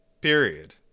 Period